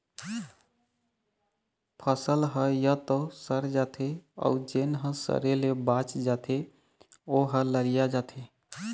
फसल ह य तो सर जाथे अउ जेन ह सरे ले बाच जाथे ओ ह ललिया जाथे